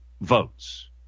votes